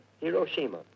Hiroshima